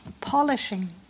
polishing